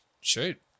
Shoot